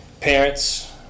parents